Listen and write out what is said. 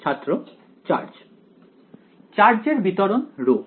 ছাত্র চার্জ চার্জের বিতরণ ρ